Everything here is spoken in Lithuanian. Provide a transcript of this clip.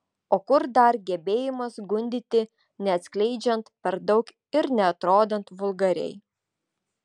o kur dar gebėjimas gundyti neatskleidžiant per daug ir neatrodant vulgariai